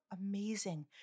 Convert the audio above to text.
amazing